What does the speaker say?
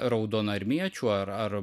raudonarmiečių ar ar